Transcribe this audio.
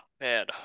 Man